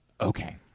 Okay